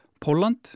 Poland